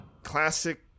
classic